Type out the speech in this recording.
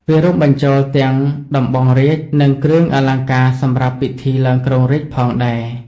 វារួមបញ្ចូលទាំងដំបងរាជ្យ និងគ្រឿងអលង្ការសម្រាប់ពិធីឡើងគ្រងរាជ្យផងដែរ។